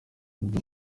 ubwo